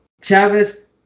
Chavez